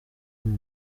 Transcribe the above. uru